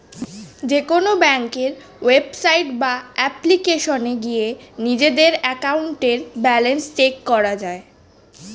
যেকোনো ব্যাংকের ওয়েবসাইট বা অ্যাপ্লিকেশনে গিয়ে নিজেদের অ্যাকাউন্টের ব্যালেন্স চেক করা যায়